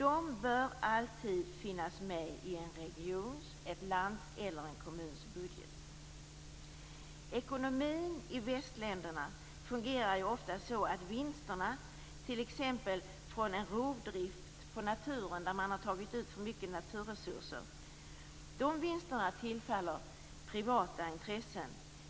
De bör alltid finnas med i en regions, ett lands eller en kommuns budget. Ekonomin i västländerna fungerar ju ofta så att vinsterna från t.ex. en rovdrift av naturen, där man har tagit ut för mycket naturresurser, tillfaller privata intressen.